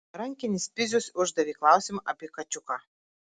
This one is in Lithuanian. rankinis pizius uždavė klausimą apie kačiuką